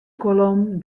kolom